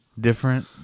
different